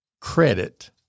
credit –